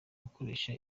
gukoresha